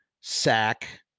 sack